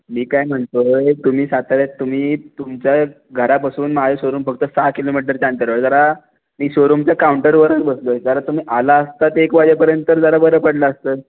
मी काय म्हणतो आहे तुम्ही साताऱ्यात तुम्ही तुमच्या घरापासून माझं शोरूम फक्त सहा किलोमीटरच्या अंतरावर आहे जरा मी शोरूमच्या काउंटरवरच बसलो आहे जरा तुम्ही आला असतात एक वाजेपर्यंत तर जरा बरं पडलं असतं